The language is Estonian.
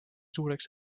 suureks